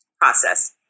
process